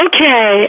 Okay